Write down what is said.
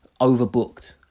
overbooked